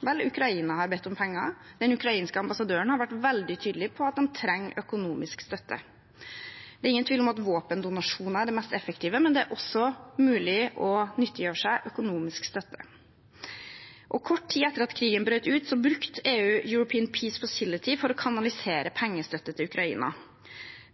Vel, Ukraina har bedt om penger, den ukrainske ambassadøren har vært veldig tydelig på at de trenger økonomisk støtte. Det er ingen tvil om at våpendonasjoner er det mest effektive, men det er også mulig å nyttiggjøre seg økonomisk støtte. Kort tid etter at krigen brøt ut, brukte EU European Peace Facility for å kanalisere pengestøtte til Ukraina.